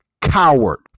coward